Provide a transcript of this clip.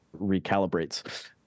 recalibrates